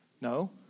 no